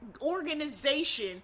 organization